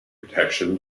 protection